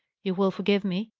you will forgive me?